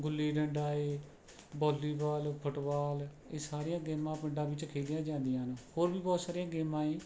ਗੁੱਲੀ ਡੰਡਾ ਹੈ ਵੋਲੀਵਾਲ ਫੁੱਟਵਾਲ ਇਹ ਸਾਰੀਆਂ ਗੇਮਾਂ ਪਿੰਡਾਂ ਵਿੱਚ ਖੇਡੀਆਂ ਜਾਂਦੀਆਂ ਹਨ ਹੋਰ ਵੀ ਬਹੁਤ ਸਾਰੀਆਂ ਗੇਮਾਂ ਹੈ